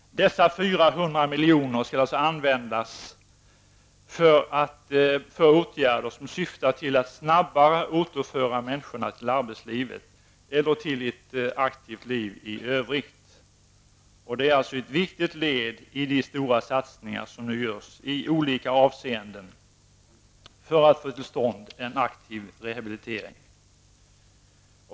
Dessa 400 miljoner skall alltså användas för åtgärder som syftar till att snabbare återföra människorna till arbetslivet eller till ett aktivt liv i övrigt. Det är alltså ett viktigt led i de stora satsningar som nu görs i olika avseenden för att få till stånd en aktiv rehabilitering.